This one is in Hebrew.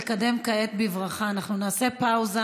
נעשה פאוזה.